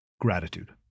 gratitude